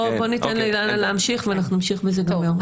בואו ניתן לאילנה להמשיך ואנחנו נמשיך בזה גם ביום ראשון.